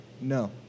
no